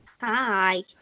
Hi